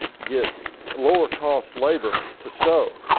get lower cost labor to sew